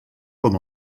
com